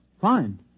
fine